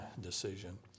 decision